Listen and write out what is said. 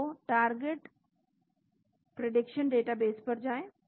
तो target prediction database पर जाएं